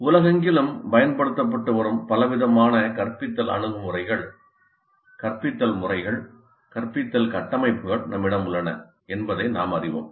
உலகெங்கிலும் பயன்படுத்தப்பட்டு வரும் பலவிதமான கற்பித்தல் அணுகுமுறைகள் கற்பித்தல் முறைகள் கற்பித்தல் கட்டமைப்புகள் நம்மிடம் உள்ளன என்பதை நாம் அறிவோம்